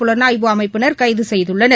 புலனாய்வு அமைப்பினர் கைது செய்துள்ளனர்